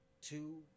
two